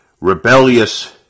rebellious